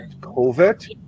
COVID